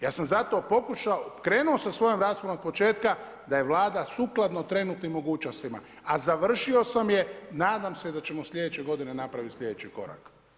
Ja sam zato pokušao, krenuo sa svojom raspravom od početka da je Vlada sukladno trenutnim mogućnostima, a završio sam je nadam se da ćemo slijedeće godine napraviti slijedeći korak.